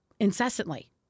Incessantly